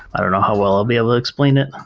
i don't know how well i'll be able to explain it